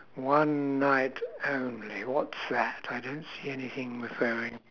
one night only what's that I don't see anything referring